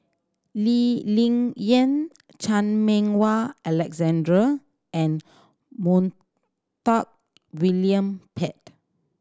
Lee Ling Yen Chan Meng Wah Alexander and Montague William Pett